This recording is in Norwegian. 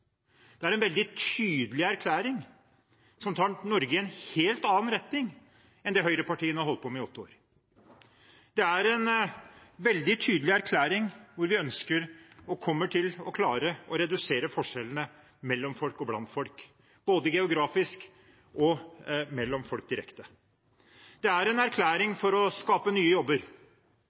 Det er en veldig tydelig erklæring, som tar Norge i en helt annen retning enn det høyrepartiene holdt på med i åtte år. Det er en veldig tydelig erklæring hvor vi ønsker – og kommer til å klare – å redusere forskjellene mellom folk og blant folk, både geografisk og mellom folk direkte. Det er en erklæring for å skape nye jobber,